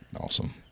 Awesome